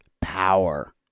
power